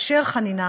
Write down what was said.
לאפשר חנינה.